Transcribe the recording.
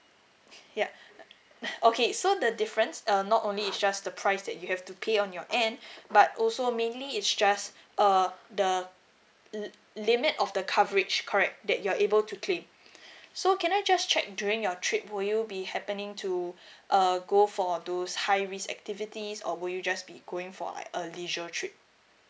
ya okay so the difference err not only it's just the price that you have to pay on your end but also mainly it's just uh the li~ limit of the coverage correct that you are able to claim so can I just check during your trip will you be happening to err go for those high risk activities or would you just be going for like a leisure trip